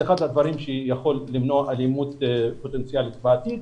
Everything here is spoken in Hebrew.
זה אחד הדברים שיכול למנוע אלימות פוטנציאלית בעתיד.